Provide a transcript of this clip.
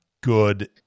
good